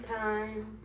time